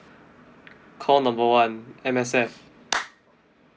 call number one M_S_F